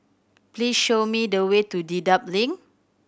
please show me the way to Dedap Link